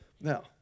Now